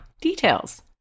details